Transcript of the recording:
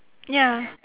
ya